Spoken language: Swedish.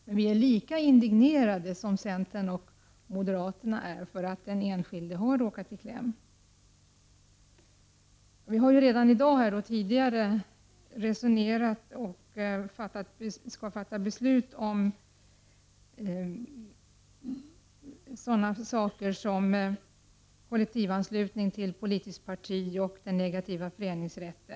Men vi är lika indignerade som centern och moderaterna är, då den enskilde har råkat i kläm. Vi har redan i dag tidigare resonerat om och skall fatta beslut om sådana frågor som kollektivanslutning till politiskt parti och den negativa föreningsrätten.